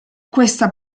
questa